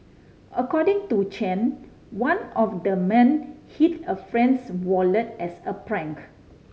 according to Chen one of the men hid a friend's wallet as a prank